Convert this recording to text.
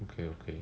okay okay